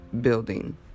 building